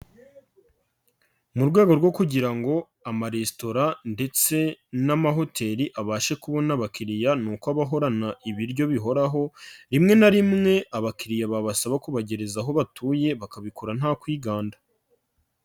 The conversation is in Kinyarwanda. Mu rwego rwo kugira ngo amaresitora ndetse n'amahoteli abashe kubona abakiriya ni uko aba ahorana ibiryo bihoraho, rimwe na rimwe abakiriya babasaba kubagezareza aho batuye bakabikora nta kwiganda.